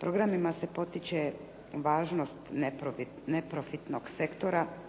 Programima se potiče važnost neprofitnog sektora,